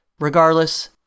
Regardless